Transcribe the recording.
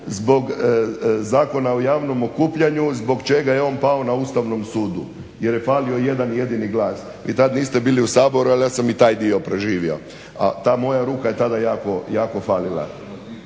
zbog Zakona o javnom okupljanju zbog čega je on pao na Ustavnom sudu jer je falio jedan jedini glas. Vi tada niste bili u saboru ali ja sam i taj dio preživio, a ta moja ruka je tada jako falila.